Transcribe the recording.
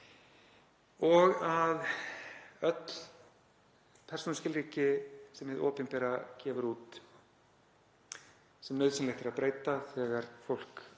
og að öll persónuskilríki sem hið opinbera gefur út sem nauðsynlegt er að breyta þegar fólk